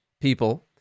people